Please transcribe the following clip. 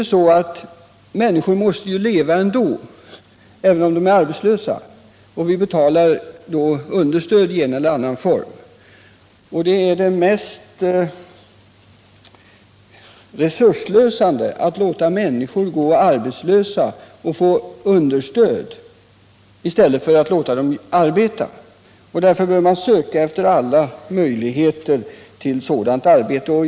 Människor måste leva även om de är arbetslösa, och vi betalar då understöd i en eller annan form. Det är mer resursslösande att låta människor vara arbetslösa och få understöd än att låta dem arbeta. Därför bör man söka efter alla möjligheter till arbeten.